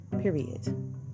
period